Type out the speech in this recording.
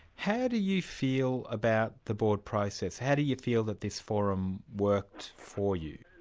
how do you feel about the board process? how do you feel that this forum worked for you?